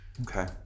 Okay